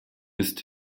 ist